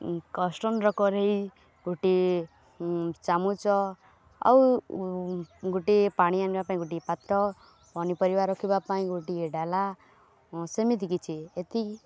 କଷ୍ଟନ୍ର କରେଇ ଗୋଟିଏ ଚାମୁଚ ଆଉ ଗୋଟିଏ ପାଣି ଆଣିବା ପାଇଁ ଗୋଟିଏ ପାତ୍ର ପନିପରିବା ରଖିବା ପାଇଁ ଗୋଟିଏ ଡ଼ାଲା ସେମିତି କିଛି ଏତିକି